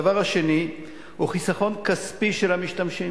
הדבר השני הוא חיסכון כספי של המשתמשים,